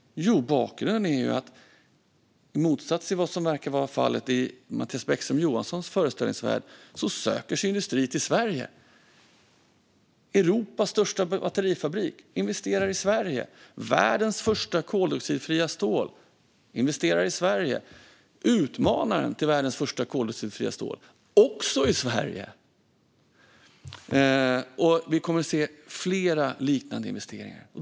Jo, bakgrunden är att i motsats till vad som verkar vara fallet i Mattias Bäckström Johanssons föreställningsvärld söker sig industrier till Sverige. Europas största batterifabrik investerar i Sverige. Man investerar i världens första koldioxidfria stål i Sverige. Utmanaren till världens första koldioxidfria stål investerar också i Sverige. Vi kommer att se flera liknande investeringar.